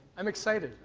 i'm excited.